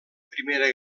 primera